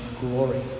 glory